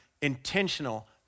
intentional